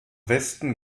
westen